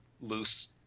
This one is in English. loose